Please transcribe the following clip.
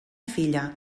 filla